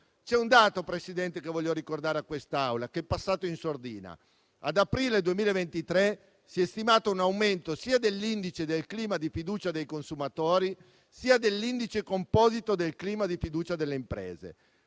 Presidente, vorrei ricordare a quest'Assemblea un dato che è passato in sordina. Ad aprile 2023 si è stimato un aumento sia dell'indice del clima di fiducia dei consumatori sia dell'indice composito del clima di fiducia delle imprese.